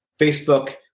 Facebook